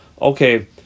okay